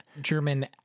German